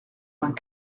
vingt